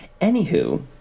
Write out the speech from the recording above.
anywho